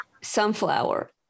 sunflower